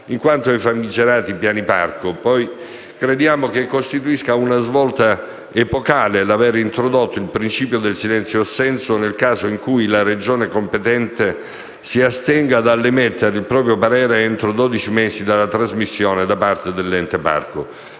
In quanto ai famigerati piani parco, poi, crediamo che costituisca una svolta epocale l'aver introdotto il principio del silenzio-assenso nel caso in cui la Regione competente si astenga dall'emettere il proprio parere entro dodici mesi dalla trasmissione da parte dell'ente parco;